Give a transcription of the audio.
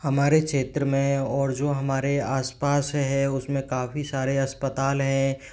हमारे क्षेत्र में और जो हमारे आसपास है उसमें काफ़ी सारे अस्पताल है